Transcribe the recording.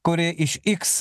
kuri iš iks